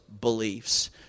beliefs